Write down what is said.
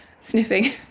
sniffing